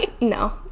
no